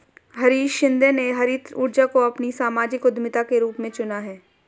हरीश शिंदे ने हरित ऊर्जा को अपनी सामाजिक उद्यमिता के रूप में चुना है